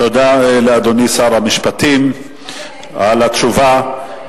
תודה לאדוני שר המשפטים על התשובה.